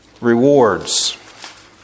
rewards